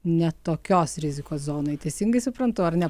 ne tokios rizikos zonoj teisingai suprantu ar ne